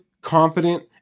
confident